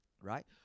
right